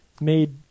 made